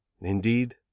Indeed